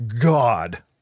God